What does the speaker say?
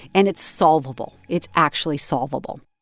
and it's solvable. it's actually solvable